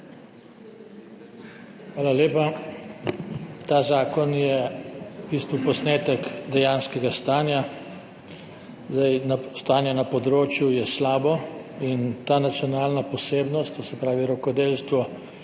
Hvala lepa. Ta zakon je v bistvu posnetek dejanskega stanja. Stanje na področju je slabo. In ta nacionalna posebnost, to se pravi rokodelstvo,